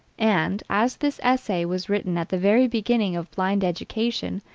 and, as this essay was written at the very beginning of blind education,